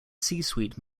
suite